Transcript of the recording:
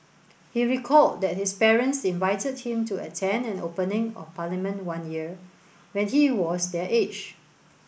he recalled that his parents invited him to attend an opening of Parliament one year when he was their age